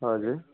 हजुर